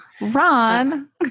Ron